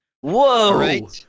Whoa